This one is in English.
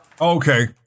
Okay